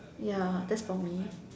ya that's for me